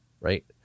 right